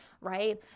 right